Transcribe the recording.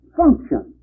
function